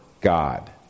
God